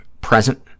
present